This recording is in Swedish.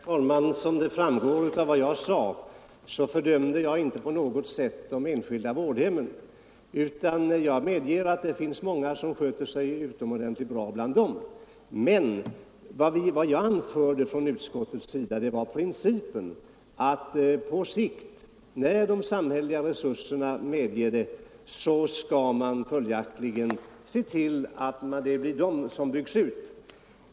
Herr talman! Som det framgår av vad jag sade fördömer jag inte på något sätt de enskilda vårdhemmen, utan jag medger att det finns många som sköter sig utomordentligt bra bland dem. Vad jag anförde var den princip som utskottet hävdar: att man på längre sikt, när de samhälleliga resurserna medger det, skall se till att det blir de allmänna vårdinstitutionerna som byggs ut.